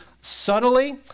subtly